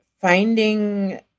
finding